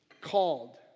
called